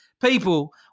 People